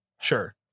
Sure